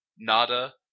Nada